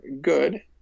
good